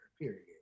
Period